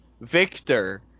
Victor